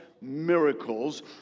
miracles